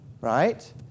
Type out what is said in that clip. right